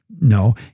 No